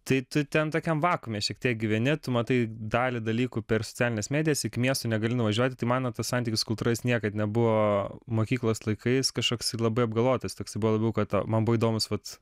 tai tu ten tokiam vakuume šiek tiek gyveni tu matai dalį dalykų per socialines medijas iki miesto negali nuvažiuoti tai mano tas santykis su kultūra jis niekad nebuvo mokyklos laikais kažkoks labai apgalvotas toksai buvo labiau kad man buvo įdomus vat